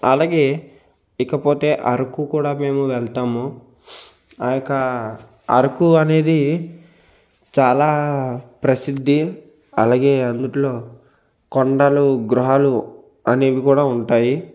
అలాగే ఇకపోతే అరకు కూడా మేము వెళ్తాము ఆ యొక్క అరకు అనేది చాలా ప్రసిద్ధి అలాగే అందులో కొండలు గృహాలు అనేవి కూడా ఉంటాయి